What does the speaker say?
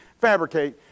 fabricate